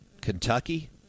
Kentucky